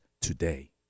today